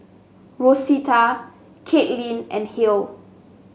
Rosetta Kaitlyn and Halle